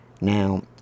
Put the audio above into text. Now